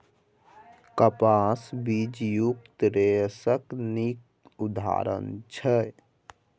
कपास बीजयुक्त रेशाक नीक उदाहरण छै